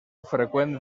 freqüent